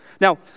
Now